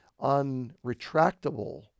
unretractable